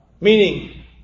Meaning